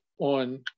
on